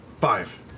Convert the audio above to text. Five